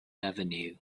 avenue